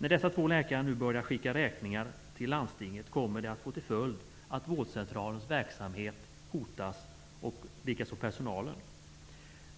När dessa två läkare nu börjar skicka räkningar till landstinget kommer det att få till följd att vårdcentralens verksamhet och personal hotas.